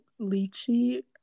lychee